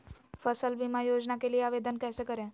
फसल बीमा योजना के लिए आवेदन कैसे करें?